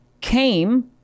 came